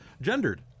gendered